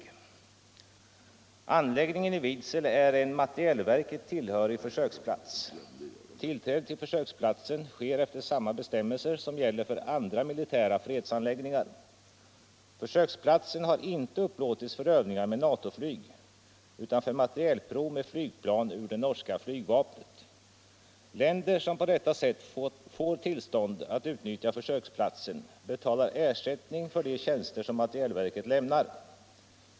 Anläggningen i Vidsel är en materielverket tillhörig försöksplats. Tillträde till försöksplatsen sker efter samma bestämmelser som gäller för andra militära fredsanläggningar. Försöksplatsen har inte upplåtits för övningar med NATO-flyg utan för materielprov med flygplan ur det norska flygvapnet. Länder som på detta sätt får tillstånd atut utnyttja försöksplatsen betalar ersättning för de tjänster som materielverket lämnar.